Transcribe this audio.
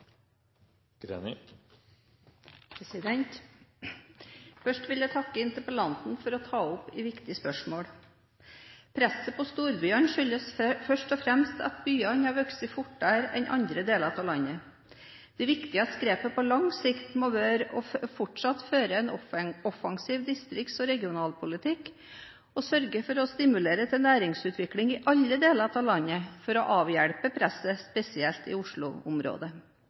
Først vil jeg takke interpellanten for å ta opp et viktig spørsmål. Presset på storbyene skyldes først og fremst at byene har vokst fortere enn andre deler av landet. Det viktigste grepet på lang sikt må fortsatt være å føre en offensiv distrikts- og regionalpolitikk og sørge for å stimulere til næringsutvikling i alle deler av landet for å avhjelpe presset, spesielt i